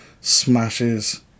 smashes